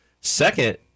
Second